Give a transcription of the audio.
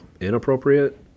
inappropriate